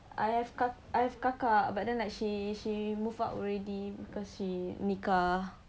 I have kakak but then like she she move out already because she nikah